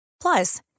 Plus